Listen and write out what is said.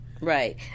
Right